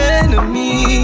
enemy